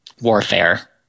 warfare